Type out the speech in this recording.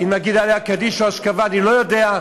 אם נגיד עליה קדיש או אשכבה אני לא יודע,